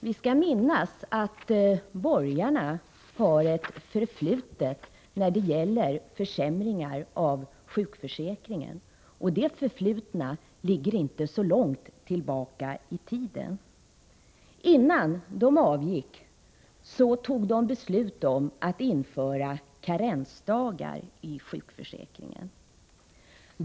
Vi skall minnas att borgarna har ett förflutet när det gäller försämringar av sjukförsäkringen, och detta förflutna ligger inte så långt tillbaka i tiden. Innan de avgick fattade de beslut om att införa karensdagar i sjukförsäkringen.